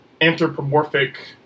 anthropomorphic